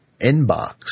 inbox